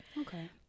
Okay